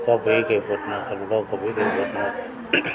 கோப்பையை கைப்பற்றினார்கள் உலக கோப்பையை கைப்பற்றினார்கள்